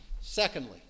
Secondly